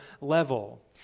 level